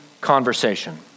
conversation